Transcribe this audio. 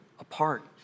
apart